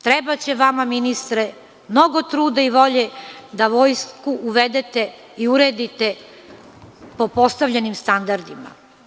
Trebaće vama ministre, mnogo truda i volje da vojsku uvedete i uredite po postavljenim standardima.